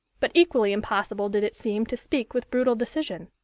but equally impossible did it seem to speak with brutal decision.